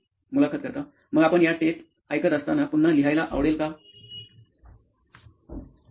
मुलाखतकर्ता मग आपण या टेप ऐकत असताना पुन्हा लिहायला आवडेल काय